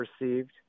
received